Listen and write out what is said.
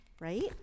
right